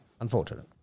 unfortunate